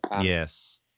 Yes